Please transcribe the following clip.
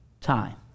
time